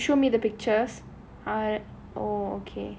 you showed me the pictures are okay